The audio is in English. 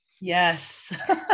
yes